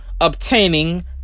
obtaining